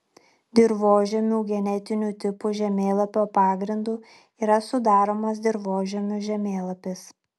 dirvožemių genetinių tipų žemėlapio pagrindu yra sudaromas dirvožemių žemėlapis